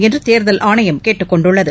என்று தேர்தல் ஆணையம் கேட்டுக்கொண்டுள்ளது